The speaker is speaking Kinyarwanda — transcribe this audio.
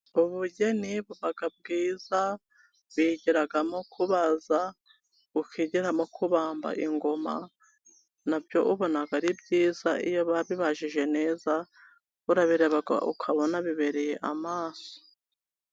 Ubugeni buba bwiza bigiramo kubaza, ukigiramo kubambamba ingoma, na byo ubona ari byiza iyo babibajije neza, urabireba ukabona bibereye amaso.